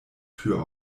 tür